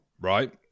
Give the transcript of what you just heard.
right